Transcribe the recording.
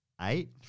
Eight